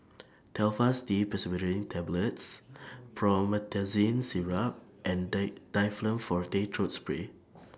Telfast D Pseudoephrine Tablets Promethazine Syrup and Day Difflam Forte Throat Spray